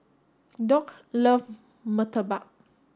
Doug loves Murtabak